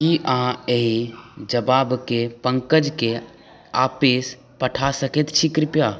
की अहाँ एहि जबाबकेँ पंकज के वापीस पठा सकैत छी कृपया